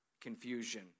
confusion